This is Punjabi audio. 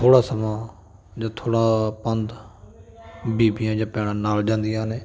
ਥੋੜ੍ਹਾ ਸਮਾਂ ਜੇ ਥੋੜ੍ਹਾ ਪੰਧ ਬੀਬੀਆਂ ਜਾਂ ਭੈਣਾਂ ਨਾਲ ਜਾਂਦੀਆਂ ਨੇ